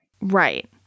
Right